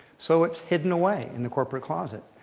so it's hidden away in the corporate closet.